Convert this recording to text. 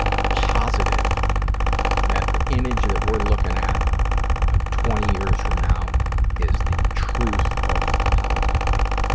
positive that the image that we're looking at of twenty years from now is the truth of how it's going to be.